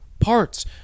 parts